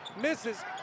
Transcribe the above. Misses